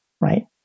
right